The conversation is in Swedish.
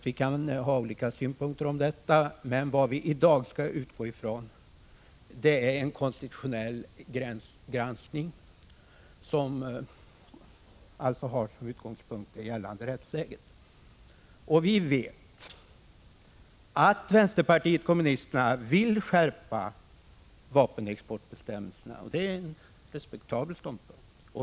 Vi kan ha olika åsikter om detta, men vad vi i dag skall utgå från är en konstitutionell granskning, som har det gällande rättsläget som utgångspunkt. Vi vet alla att vänsterpartiet kommunisterna vill skärpa vapenexportbestämmelserna, och det är en respektabel ståndpunkt.